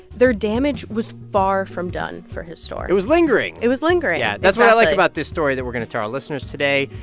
their damage was far from done for his store it was lingering it was lingering. exactly yeah. that's what i like about this story that we're going to tell our listeners today.